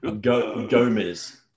Gomez